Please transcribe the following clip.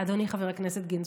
אדוני חבר הכנסת גינזבורג.